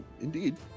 Indeed